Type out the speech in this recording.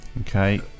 okay